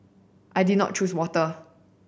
I did not choose water